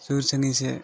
ᱥᱩᱨ ᱥᱟᱺᱜᱤᱧ ᱥᱮᱫ